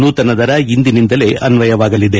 ನೂತನ ದರ ಇಂದಿನಿಂದಲೇ ಅನ್ವಯವಾಗಲಿದೆ